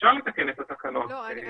אפשר לתקן את התקנות, ודאי.